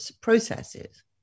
processes